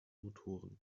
motoren